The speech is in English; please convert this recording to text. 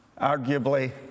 arguably